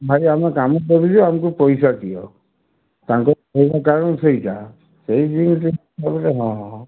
ଭାଇ ଆମେ କାମ କରୁଛୁ ଆମକୁ ପଇସା ଦିଅ ତାଙ୍କୁ କ କାରଣ ସେଇଟା ସେଇ ଜିନିଷ ହିସାବରେ ହଁ ହଁ ହଁ